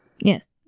yes